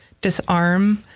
disarm